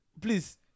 Please